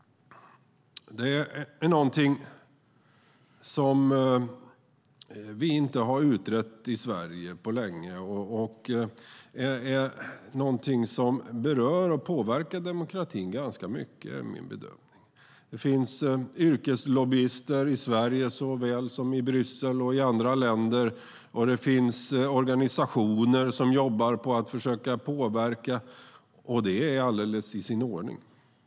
Det är någonting som vi inte har utrett i Sverige på länge, och det är någonting som berör och påverkar demokratin ganska mycket, enligt min bedömning. Det finns yrkeslobbyister i Sverige såväl som i Bryssel och i andra länder, och det finns organisationer som jobbar på att försöka påverka. Och det är alldeles i sin ordning.